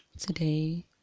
Today